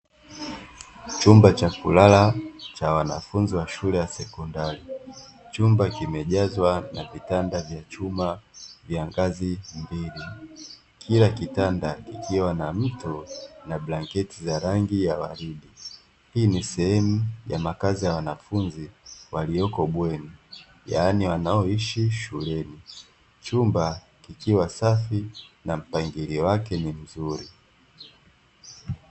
Chumba cha kulala cha wanafunzi wa shule ya sekondari, chumba kimejazwa na vitanda vya chuma vya ngazi mbili. Kila kitanda kikiwa na mto na blanketi za rangi ya waridi. Hii ni sehemu ya makazi ya wanafunzi walioko bweni yaani wanaoishi shuleni; chumba kikiwa safi na mpangilio wake ni mzuri.